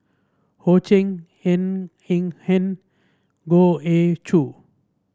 Ho Ching Ng Eng Hen Goh Ee Choo